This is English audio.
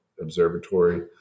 observatory